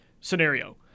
scenario